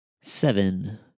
Seven